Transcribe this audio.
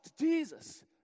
Jesus